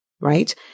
right